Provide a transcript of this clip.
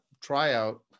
tryout